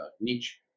niche